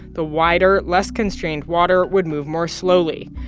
the wider, less constrained water would move more slowly,